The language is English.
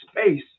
space